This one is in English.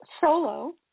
solo